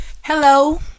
Hello